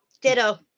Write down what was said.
ditto